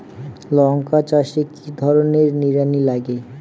লঙ্কা চাষে কি ধরনের নিড়ানি লাগে?